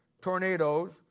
tornadoes